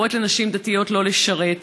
קוראת לנשים דתיות לא לשרת.